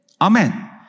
Amen